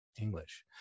English